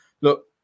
look